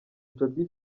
jody